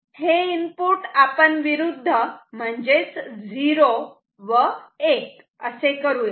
हे इनपुट आपण विरुद्ध म्हणजेच 0 व 1 असे करूयात